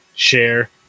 share